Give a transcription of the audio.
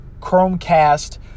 Chromecast